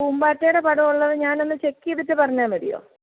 പൂമ്പാറ്റയുടെ പടം ഉള്ളത് ഞാനൊന്ന് ചെക്ക് ചെയ്തിട്ട് പറഞ്ഞാൽ മതിയോ